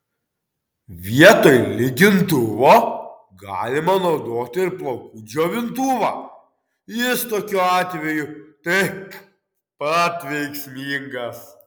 vietoj lygintuvo galima naudoti ir plaukų džiovintuvą jis tokiu atveju taip pat veiksmingas